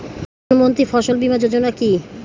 প্রধানমন্ত্রী ফসল বীমা যোজনা কি?